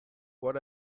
what